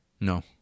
No